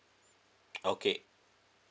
okay